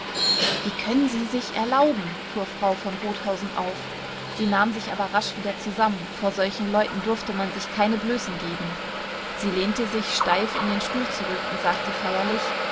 wie können sie sich erlauben fuhr frau von rothausen auf sie nahm sich aber rasch wieder zusammen vor solchen leuten durfte man sich keine blößen geben sie lehnte sich steif in den stuhl zurück und sagte feierlich